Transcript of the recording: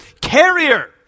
carrier